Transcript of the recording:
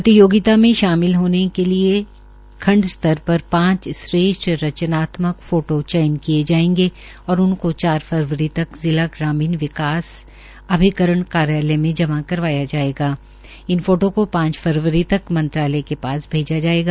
प्रतियोगिता में शामिल होने के लिये खंड स्तर पर पांच श्रेष्ठ रचनात्मक फोटो चयन किया जायेगा और उनको चार फरवरी तक जिला ग्रामीण विकास अभिकरण कार्यालय मे जमा करवाया जायेगा इन फोटो केा पांच फरवरी तक मंत्रालय के पास भेजा जायेगा